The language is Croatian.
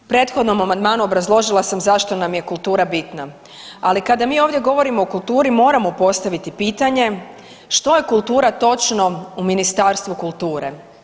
Prethodnom amandmanu obrazložila sam zašto nam je kultura bitna, ali kada mi ovdje govorimo o kulturi moramo postaviti pitanje što je kultura točno u Ministarstvu kulture.